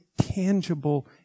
tangible